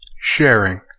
sharing